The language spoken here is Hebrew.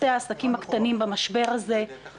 אני בכל זאת סבורה שנושא העסקים הקטנים דורש דיון ספציפי,